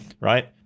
right